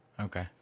okay